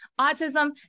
autism